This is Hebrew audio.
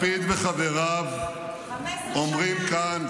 לפיד וחבריו אומרים כאן,